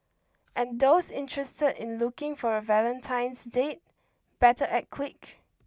and those interested in looking for a Valentine's date better act quick